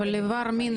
אבל איבר מין,